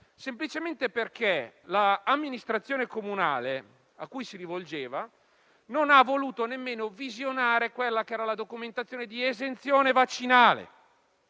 semplicemente perché l'amministrazione comunale cui si rivolgeva non ha voluto nemmeno visionare la documentazione di esenzione vaccinale.